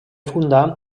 fundà